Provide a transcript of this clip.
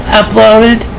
uploaded